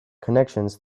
connections